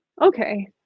Okay